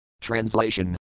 translation